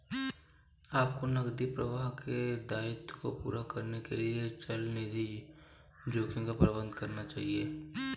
आपको नकदी प्रवाह के दायित्वों को पूरा करने के लिए चलनिधि जोखिम का प्रबंधन करना चाहिए